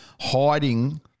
hiding